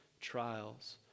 trials